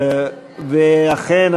אכן,